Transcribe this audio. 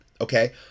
okay